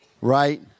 right